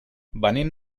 venim